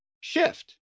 shift